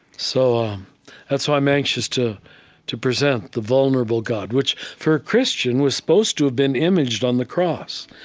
so that's why i'm anxious to to present the vulnerable god, which, for a christian, was supposed to have been imaged on the cross.